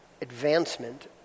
advancement